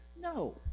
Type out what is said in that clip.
no